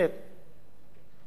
כולל יושב-ראש הכנסת,